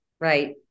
Right